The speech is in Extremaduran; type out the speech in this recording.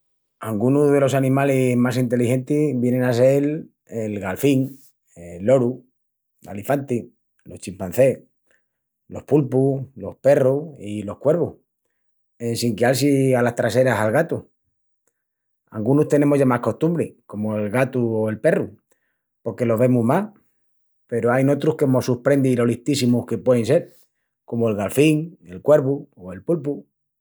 Angunus delos animalis mas enteligentis vienin a sel el galfín, el loru, l'alifanti, los chimpancès, los pulpus, los perrus i los cuervus, en sin queal-si alas traseras al gatu. Angunus tenemus ya más costumbri comu el gatu o el perru porque los vemus más peru ain otrus que mos susprendi lo listíssimus que puein sel comu el galfín, el cuervu o el pulpu.